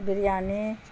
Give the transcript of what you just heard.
biryani